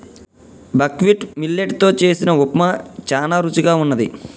buckwheat millet తో చేసిన ఉప్మా చానా రుచిగా వున్నది